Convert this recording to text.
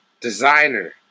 Designer